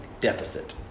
deficit